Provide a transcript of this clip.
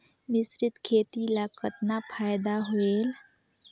मिश्रीत खेती ल कतना फायदा होयल?